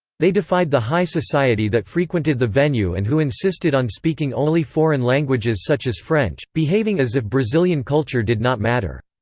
they defied the high society that frequented the venue and who insisted on speaking only foreign languages such as french, behaving as if brazilian culture did not matter.